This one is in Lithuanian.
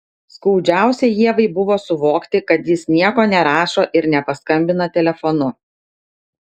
skaudžiausia ievai buvo suvokti kad jis nieko nerašo ir nepaskambina telefonu